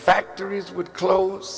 factories would close